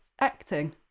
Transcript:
acting